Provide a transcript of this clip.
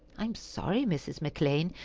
i am sorry, mrs. mcclean.